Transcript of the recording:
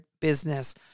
business